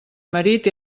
marit